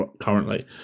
currently